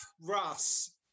russ